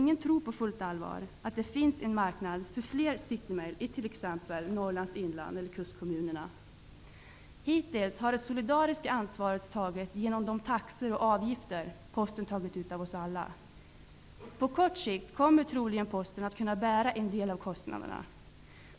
Ingen tror på fullt allvar att det finns en marknad för fler City mail i exempelvis Norrlands inland eller i kustkommunerna. Hittills har det solidariska ansvaret tagits genom de taxor och avgifter som Posten tagit ut av oss alla. På kort sikt kommer troligen Posten att kunna bära en del av kostnaderna.